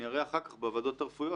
אני אראה אחר כך בוועדות הרפואיות,